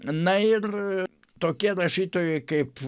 na ir tokie rašytojai kaip